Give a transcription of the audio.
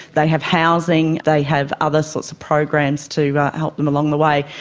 they have housing, they have other sorts of programs to help them along the way.